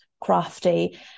crafty